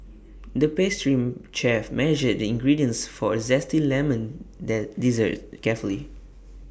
the pastry chef measured the ingredients for A Zesty Lemon dessert carefully